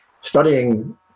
studying